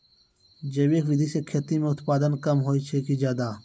जैविक विधि से खेती म उत्पादन कम होय छै कि ज्यादा?